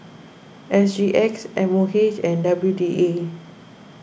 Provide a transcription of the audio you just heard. S G X M O H and W D A